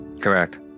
correct